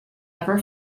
ever